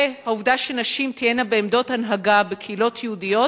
והעובדה שנשים תהיינה בעמדות הנהגה בקהילות יהודיות